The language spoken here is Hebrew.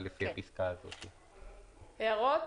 יש הערות?